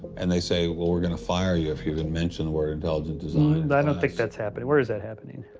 and they say, we're going to fire you if you even mention the word intelligent design? i don't think that's happened. where is that happening?